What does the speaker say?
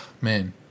Man